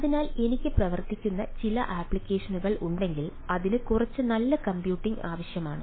അതിനാൽ എനിക്ക് പ്രവർത്തിക്കുന്ന ചില ആപ്ലിക്കേഷനുകൾ ഉണ്ടെങ്കിൽ അതിന് കുറച്ച് നല്ല കമ്പ്യൂട്ടിംഗ് ആവശ്യമാണ്